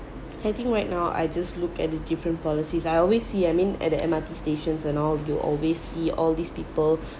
I think right now I just look at the different policies I always see I mean at the M_R_T stations and all you always see all these people